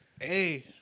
Hey